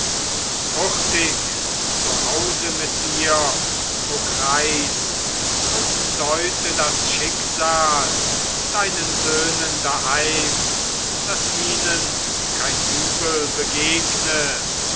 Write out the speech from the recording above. hurtig zu hause mit dir o greis und deute das schicksal deinen söhnen daheim daß ihnen kein übel begegne